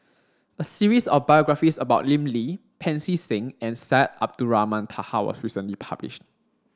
a series of biographies about Lim Lee Pancy Seng and Syed Abdulrahman Taha was recently published